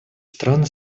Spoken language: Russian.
страны